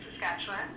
Saskatchewan